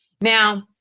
Now